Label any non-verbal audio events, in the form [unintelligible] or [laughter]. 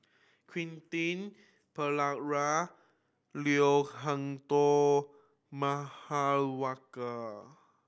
Quentin Pereira Leo Hee Tong [unintelligible]